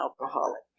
alcoholic